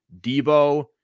Debo